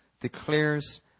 declares